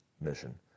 mission